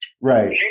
Right